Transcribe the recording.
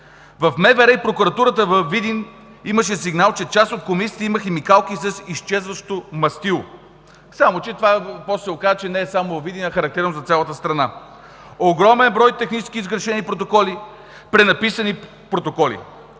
в МВР и прокуратурата във Видин имаше сигнал, че част от Комисията има химикалки с изчезващо мастило. После се оказа, че това не е само във Видин, а е характерно за цялата страна. Огромен брой технически сгрешени протоколи, пренаписани протоколи